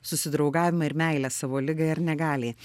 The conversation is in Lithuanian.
susidraugavimą ir meilę savo ligai ar negaliai